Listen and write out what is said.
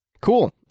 Cool